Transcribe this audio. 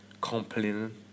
complaining